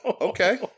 Okay